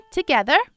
together